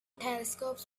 telescopes